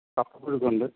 കപ്പപ്പുഴുക്കുണ്ട്